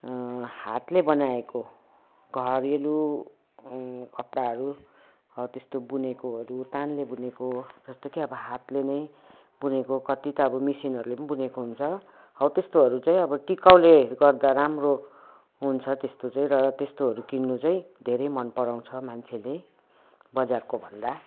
हातले बनाएको घरेलु कपडाहरू हो त्यस्तो बुनेकोहरू तानले बुनेको जस्तो कि अब हातले नै बुनेको कति ता अब मसिनहरूले पनि बुनेको हुन्छ हो त्यस्तोहरू चाहिँ अब टिकाउले गर्दा राम्रो हुन्छ त्यस्तो चाहिँ र त्यस्तोहरू किन्नु चाहिँ धेरै मन पराउँछ मान्छेले बजारको भन्दा